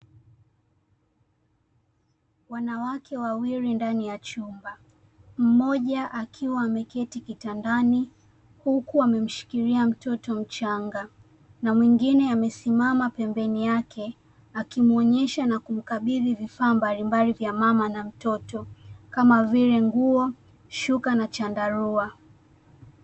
Wanawake wawili ndani ya chumba. Mmoja akiwa ameketi kitandani huku wamemshikilia mtoto mchanga na mwingine amesimama pembeni yake, akimuonyesha na kumkabidhi vifaa mbalimbali vya mama na mtoto kama vile: nguo, shuka na chandarua.